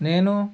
నేను